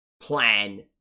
plan